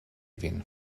vin